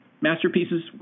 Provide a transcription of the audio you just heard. masterpieces